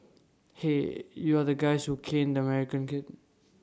hey you are the guys who caned the American kid